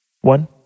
One